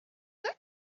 that